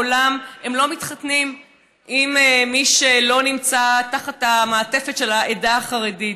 לעולם הם לא מתחתנים עם מי שלא נמצא תחת המעטפת של העדה החרדית.